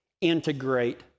integrate